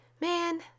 man